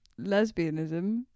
Lesbianism